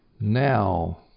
now